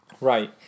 Right